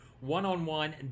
one-on-one